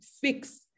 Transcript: fix